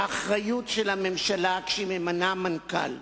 האחריות של הממשלה, כשהיא ממנה מנכ"ל,